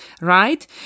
right